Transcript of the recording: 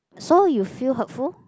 so you feel hurtful